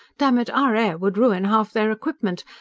dammit, our air would ruin half their equipment!